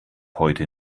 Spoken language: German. heute